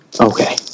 Okay